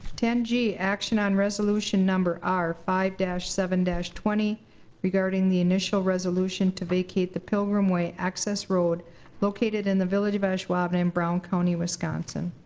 ten g, action on resolution number r five seven twenty regarding the initial resolution to vacate the pilgrim way access road located in the village of ashwaubenon in brown county, wisconsin.